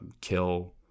kill